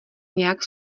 nějak